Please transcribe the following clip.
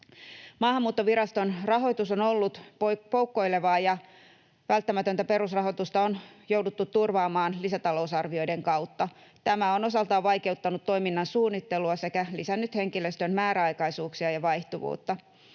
Maahanmuuttoviraston rahoitus on ollut poukkoilevaa, ja välttämätöntä perusrahoitusta on jouduttu turvaamaan lisätalousarvioiden kautta. Tämä on osaltaan vaikeuttanut toiminnan suunnittelua sekä lisännyt henkilöstön määräaikaisuuksia ja vaihtuvuutta.